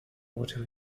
water